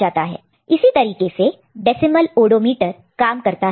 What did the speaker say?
इसी तरीके से डेसिमल ओडोमीटर काम करता है